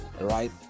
right